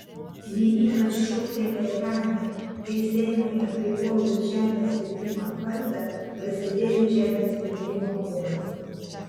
ji ypač šoktelėjo pernai kai seimui apribojus žemės pirkimo tvarką prasidėjo žemės pirkimo bumas